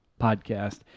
Podcast